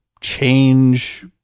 change